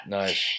nice